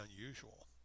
unusual